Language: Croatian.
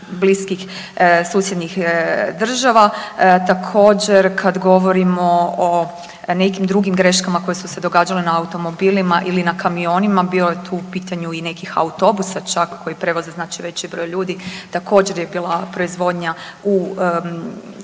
bliskih susjednih država. Također kad govorimo o nekim drugim greškama koje su se događale na automobilima ili na kamionima bio je tu u pitanju i nekih autobusa čak koji prevoze znači veći broj ljudi također je bila proizvodnja u